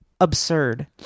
Absurd